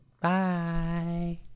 Bye